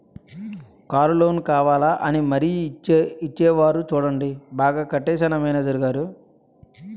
Car loan కావాలా అని మరీ ఇచ్చేరు చూడండి బాగా కట్టేశానా మేనేజరు గారూ?